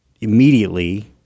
immediately